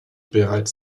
bereits